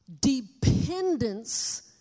dependence